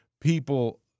people